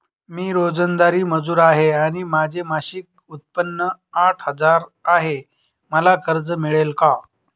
मी रोजंदारी मजूर आहे आणि माझे मासिक उत्त्पन्न आठ हजार आहे, मला कर्ज मिळेल का?